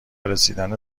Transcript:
رسیدن